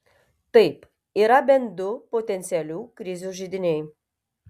taip yra bent du potencialių krizių židiniai